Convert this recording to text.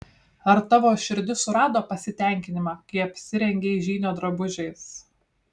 ar tavo širdis surado pasitenkinimą kai apsirengei žynio drabužiais